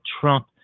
Trump